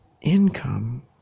income